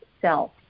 self